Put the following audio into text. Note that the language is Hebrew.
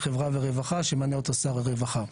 חברה ורווחה שימנה אותו שר הרווחה.